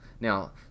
Now